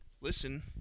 Listen